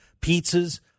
pizzas